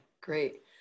great